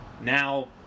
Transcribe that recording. Now